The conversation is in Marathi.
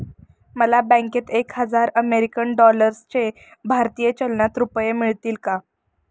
मला बँकेत एक हजार अमेरीकन डॉलर्सचे भारतीय चलनात रुपये मिळतील का?